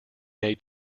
may